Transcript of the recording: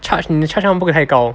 charge 你的 charge 他们不可以太高